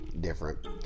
different